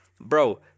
Bro